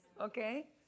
okay